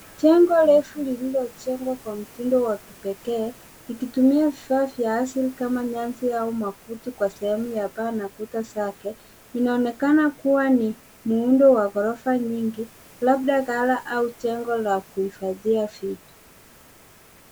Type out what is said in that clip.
Jengo refu lililojengwa kwa mtindo wa kipekee ukitumia vifaa vya asili kama nyasi au makuti kwa sehemu ya paa na kuta zake inaonekana kuwa ni muundo wa ghorofa nyingi labda ghala au jengo la kuhifadhia vitu.